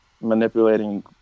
manipulating